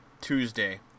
Tuesday